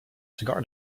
cigar